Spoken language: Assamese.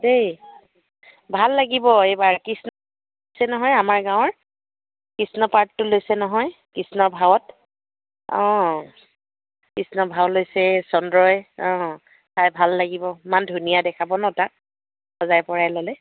দেই ভাল লাগিব এইবাৰ কিছ দিছে নহয় আমাৰ গাঁৱৰ কৃষ্ণ পাৰ্টটো লৈছে নহয় কৃষ্ণ ভাৱত অঁ কৃষ্ণ ভাও লৈছে চন্দ্ৰই অঁ চাই ভাল লাগিব ইমান ধুনীয়া দেখাব ন তাক সজাই পৰাই ল'লে